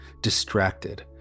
distracted